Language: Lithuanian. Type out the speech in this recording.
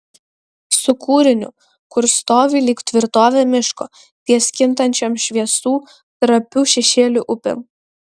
su kūriniu kurs stovi lyg tvirtovė miško ties kintančiom šviesų trapių šešėlių upėm